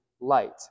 light